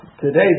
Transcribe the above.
today